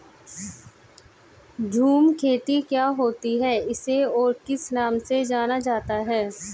झूम खेती क्या होती है इसे और किस नाम से जाना जाता है?